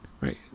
Right